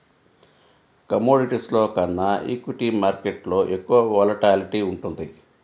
కమోడిటీస్లో కన్నా ఈక్విటీ మార్కెట్టులో ఎక్కువ వోలటాలిటీ ఉంటుంది